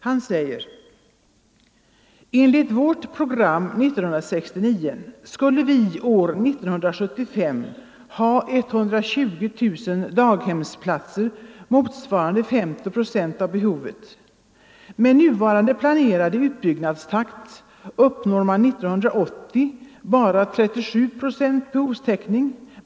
Han sade: ”Enligt vårt program 1969 skulle vi år 1975 ha 120 000 daghemsplatser motsvarande 50 procent av behovet. Med nuvarande planerade utbyggnadstakt uppnår man 1980 bara 37 procents behovstäckning.